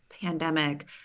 pandemic